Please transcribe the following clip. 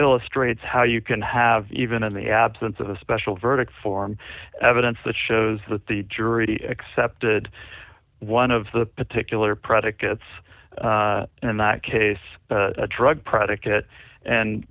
illustrates how you can have even in the absence of a special verdict form evidence that shows that the jury accepted one of the particular predicates and in that case a drug predicate and